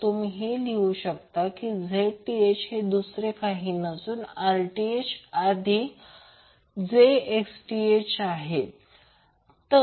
तुम्ही लिहू शकता Zth हा दुसरे काही नसून Rth अधिक j Xth